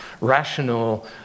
rational